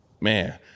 man